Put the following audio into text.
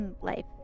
life